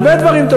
הרבה דברים.